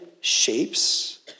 shapes